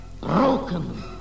broken